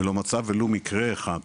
ולא מצאה ולו מקרה אחד,